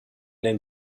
den